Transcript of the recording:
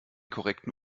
korrekten